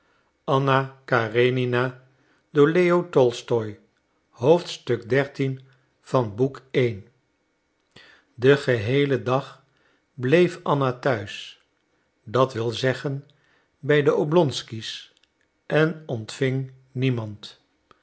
den geheelen dag bleef anna thuis dat wil zeggen bij de oblonsky's en ontving niemand